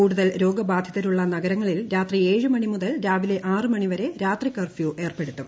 കൂടുതൽ രോഗബാധിതരുളള നഗരങ്ങളിൽ രാത്രി ഏഴ് മണി മുതൽ രാവിലെ ആറ് മണി വരെ രാത്രി കർഫ്യൂ ഏർപ്പെടുത്തും